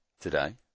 today